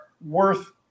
worth